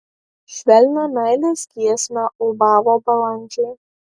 švelnią meilės giesmę ulbavo balandžiai